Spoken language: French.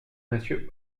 monsieur